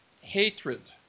hatred